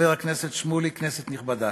חבר הכנסת שמולי, כנסת נכבדה,